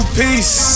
peace